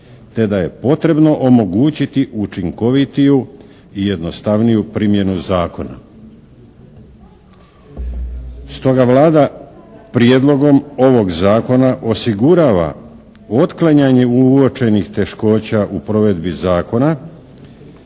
te da je potrebno omogućiti učinkovitiju i jednostavniju primjenu zakona. Stoga, Vlada prijedlogom ovog zakona osigurava otklanjanje uočenih teškoća u provedbi zakona